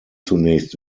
zunächst